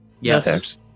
Yes